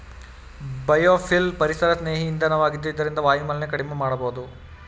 biofuel ಪರಿಸರಸ್ನೇಹಿ ಇಂಧನ ವಾಗಿದ್ದು ಇದರಿಂದ ವಾಯುಮಾಲಿನ್ಯ ಕಡಿಮೆ ಮಾಡಬೋದು